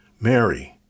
Mary